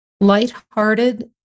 lighthearted